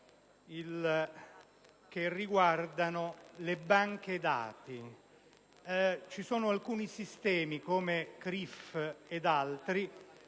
che riguardano le banche dati. Ci sono alcuni sistemi, come CRIF e altri,